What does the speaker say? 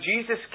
Jesus